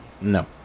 No